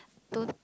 don't